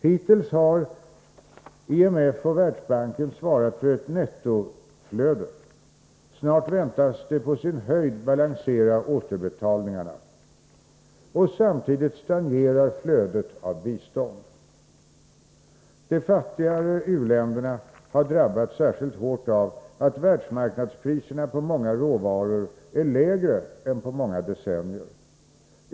Hittills har IMF och Världsbanken svarat för ett nettoflöde. Snart väntas de på sin höjd balansera återbetalningarna. Samtidigt stagnerar flödet av bistånd. De fattigare u-länderna har drabbats särskilt hårt av att världsmarknadspriserna på många råvaror är lägre än på många decennier.